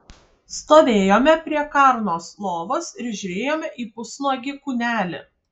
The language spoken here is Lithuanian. stovėjome prie karnos lovos ir žiūrėjome į pusnuogį kūnelį